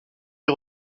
est